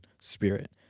spirit